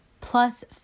Plus